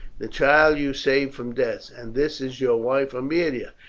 the child you saved from death. and this is your wife aemilia,